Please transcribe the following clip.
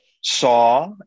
saw